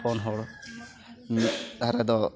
ᱯᱳᱱ ᱦᱚᱲ ᱢᱤᱫ ᱫᱷᱟᱨᱮ ᱫᱚ